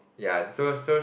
ya so so